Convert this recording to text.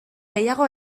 gehiago